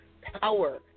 power